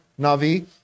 Navi